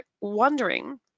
wondering